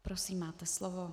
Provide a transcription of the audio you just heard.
Prosím, máte slovo.